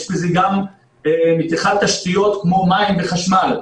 יש בזה גם מתיחת תשתיות כמו מים וחשמל,